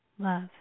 Love